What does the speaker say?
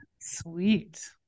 Sweet